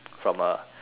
from a